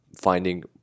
finding